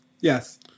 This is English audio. yes